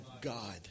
God